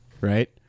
right